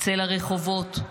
אצא לרחובות.